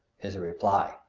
is the reply.